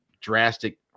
drastic